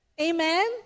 Amen